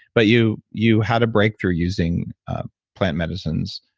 but you you had a breakthrough using plant medicines,